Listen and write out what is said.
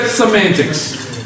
semantics